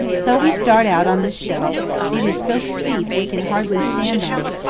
so we start out on the shelf it is so steep we can hardly stand on it,